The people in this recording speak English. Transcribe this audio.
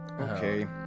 okay